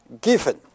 given